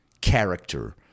character